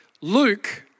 Luke